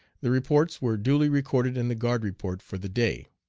the reports were duly recorded in the guard report for the day.